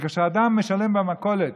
כשאדם משלם במכולת